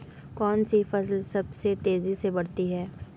कौनसी फसल सबसे तेज़ी से बढ़ती है?